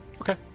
Okay